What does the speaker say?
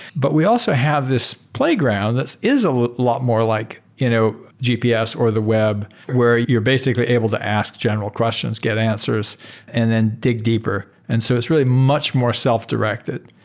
but we also have this playground that is a lot more like you know gps or the web where you're basically able to ask general questions, get answers and then dig deeper. and so it's really much more self-directed.